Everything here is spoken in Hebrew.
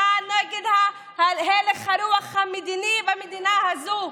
מחאה נגד הלך הרוח המדיני במדינה הזו,